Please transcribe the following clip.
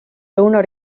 lõuna